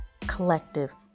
Collective